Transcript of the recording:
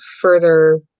further